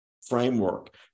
framework